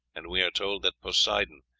and we are told that poseidon,